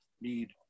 need